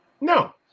no